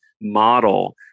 model